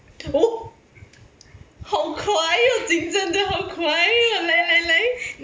oh 好快哦进展的好快哦来来来